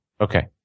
Okay